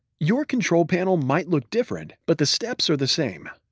your control panel might look different but the steps are the same.